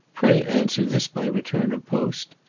pray answer this by return of post.